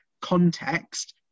context